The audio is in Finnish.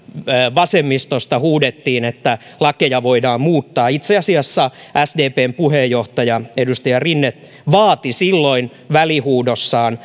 vasemmistosta huudettiin että lakeja voidaan muuttaa itse asiassa sdpn puheenjohtaja edustaja rinne vaati silloin välihuudossaan